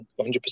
100%